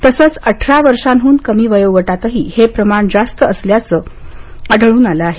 तसंच अठरा वर्षांहून कमी वयोगटातही हे प्रमाण जास्त असल्याचंही आढळून आलं आहे